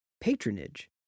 Patronage